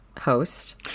host